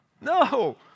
No